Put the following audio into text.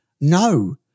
no